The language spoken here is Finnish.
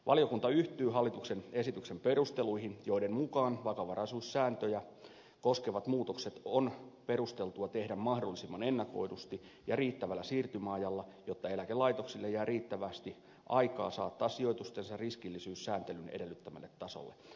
valiokunta yhtyy hallituksen esityksen perusteluihin joiden mukaan vakavaraisuussääntöjä koskevat muutokset on perusteltua tehdä mahdollisimman ennakoidusti ja riittävällä siirtymäajalla jotta eläkelaitoksille jää riittävästi aikaa saattaa sijoitustensa riskillisyys sääntelyn edellyttämälle tasolle